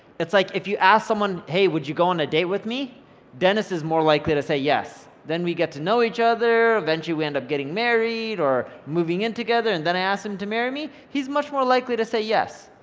it's like if you ask someone hey, would you go on a date with me dennis is more likely to say yes, then we get to know each other eventually we end up getting married or moving in together and then i asked him to marry me, he's much more likely to say yes.